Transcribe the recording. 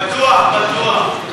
בטוח, בטוח.